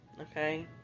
Okay